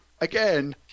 again